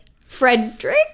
Frederick